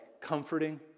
comforting